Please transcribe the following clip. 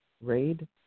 raid